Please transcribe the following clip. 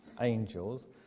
angels